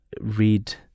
read